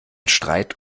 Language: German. streit